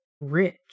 rich